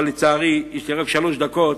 אבל לצערי יש לי רק שלוש דקות.